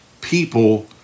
people